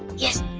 yes,